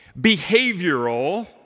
behavioral